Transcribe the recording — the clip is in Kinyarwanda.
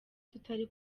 tutari